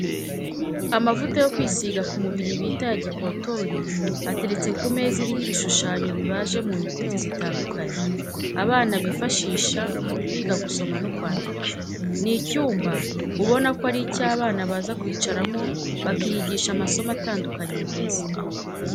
Amavuta yo kwisiga ku mubiri bita aya gikotori ateretse ku meza iriho ibishushanyo bibaje mu nyuguti zitandukanye, abana bifashisha biga gusoma no kwandika. Ni icyumba ubona ko ari icy'abana baza kwicaramo bakiyigisha amasomo atandukanye meza.